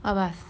what bus